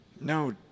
No